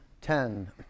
ten